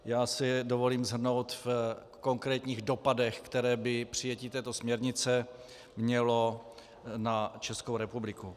Já si je dovolím shrnout v konkrétních dopadech, které by přijetí této směrnice mělo na Českou republiku.